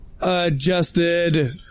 Adjusted